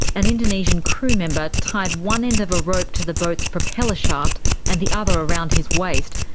an indonesian crewmember tied one end of a rope to the boat's propeller shaft and the other around his waist,